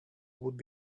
would